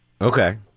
Okay